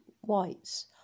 Whites